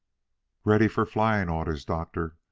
ready for flying orders, doctor,